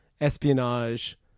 Espionage